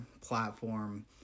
platform